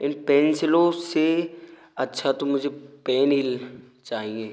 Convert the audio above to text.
इन पेंसिलों से अच्छा तो मुझे पेन ही चाहिए